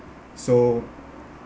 so